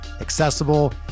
accessible